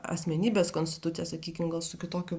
asmenybės konstitucija sakykim gal su kitokiu